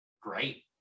Great